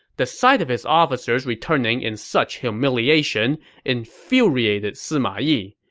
the sight of his officers returning in such humiliation infuriated sima yi.